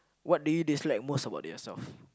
what do you dislike most about yourself